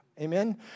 Amen